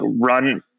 run